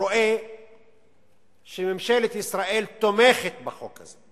רואה שממשלת ישראל תומכת בחוק הזה,